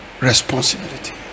Responsibility